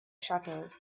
shutters